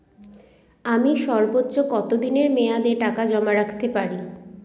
আমি সর্বোচ্চ কতদিনের মেয়াদে টাকা জমা রাখতে পারি?